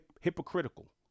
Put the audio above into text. hypocritical